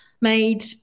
made